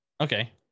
Okay